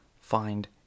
find